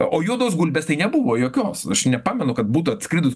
o juodos gulbės tai nebuvo jokios aš nepamenu kad būtų atskridus